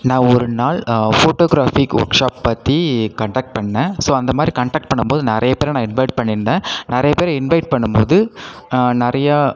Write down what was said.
நான் ஒரு நாள் ஃபோட்டோகிராஃபி ஒர்க் ஷாப் பற்றி கன்டக்ட் பண்ணேன் ஸோ அந்த மாதிரி கன்டக்ட் பண்ணும்போது நிறைய பேரை நான் இன்வைட் பண்ணிருந்தேன் நிறைய பேர் இன்வைட் பண்ணும்போது நிறையா